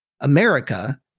America